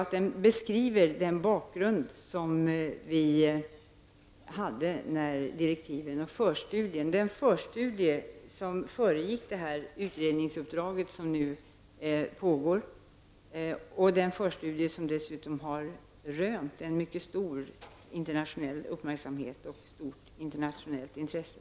Artikeln beskriver bakgrunden till den förstudie som föregick det utredningsuppdrag som nu pågår och som dessutom har rönt en mycket stor internationell uppmärksamhet och ett stort internationellt intresse.